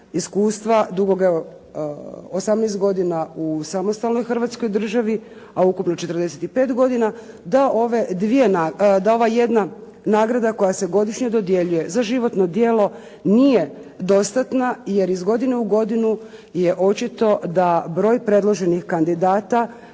iskustva dugog 18 godina u samostalnoj Hrvatskoj državi a ukupno 45 godina da ova jedna nagrada koja se godišnje dodjeljuje za životno djelo nije dostatna jer iz godine u godinu je očito da broj predloženih kandidata